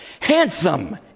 Handsome